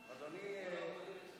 הוא לא בא.